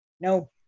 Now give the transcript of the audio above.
No